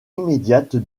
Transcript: immédiate